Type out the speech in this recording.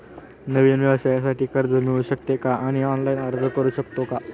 नवीन व्यवसायासाठी कर्ज मिळू शकते का आणि ऑनलाइन अर्ज करू शकतो का?